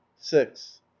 six